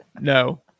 no